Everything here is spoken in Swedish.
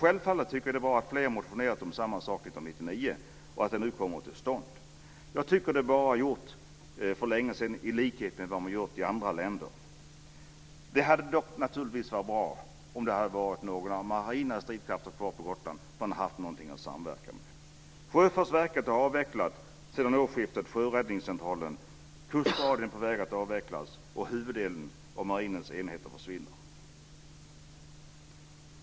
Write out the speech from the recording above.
Självfallet tycker jag det är bra att flera motionerat om samma sak 1999 och att detta nu kommer till stånd. Jag tycker att det borde ha varit gjort för länge sedan, i likhet med vad man gjort i andra länder. Det hade naturligtvis varit bra om det hade varit några av marinens stridskrafter kvar på Gotland. Då hade man haft någonting att samverka med. Sjöfartsverket har avvecklat vid årsskiftet sjöräddningscentralen, kustradion är på väg avvecklas och huvuddelen av marinens enheter försvinner.